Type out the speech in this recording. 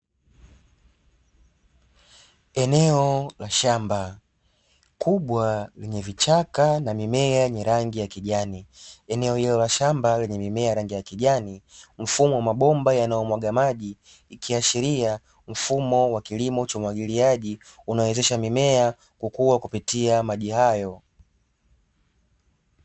Eneo la shamba kubwa lenye vichaka na mimea ya rangi ya kijani, eneo hilo la shamba lina mimea ya rangi ya kijani mfumo wa mabomba yanayomwaga maji, ikiashiria mfumo wa kilimo cha umwagiliaji unaowazesha mimea kukua kupitia maji hayo.